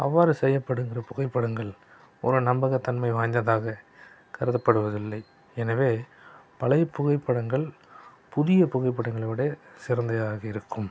அவ்வாறு செய்யப்படுகின்ற புகைப்படங்கள் ஒரு நம்பகத்தன்மை வாய்ந்ததாக கருதப்படுவதில்லை எனவே பழையப் புகைப்படங்கள் புதியப் புகைப்படங்களை விட சிறந்ததாக இருக்கும்